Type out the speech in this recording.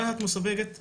רהט מסווגת ב-א'2.